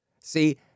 See